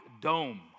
dome